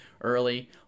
early